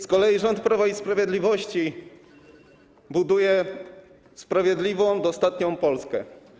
Z kolei rząd Prawa i Sprawiedliwości buduje sprawiedliwą, dostatnią Polskę.